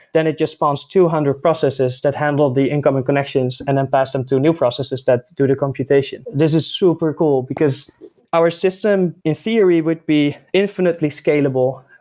then it just spawns two hundred processes that handle the incoming connections and then pass them to new processes that do the computation. this is super cool, because our system in theory would be infinitely scalable,